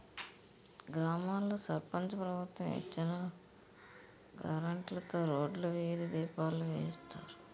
గ్రామాల్లో సర్పంచు ప్రభుత్వం ఇచ్చిన గ్రాంట్లుతో రోడ్లు, వీధి దీపాలు వేయిస్తారు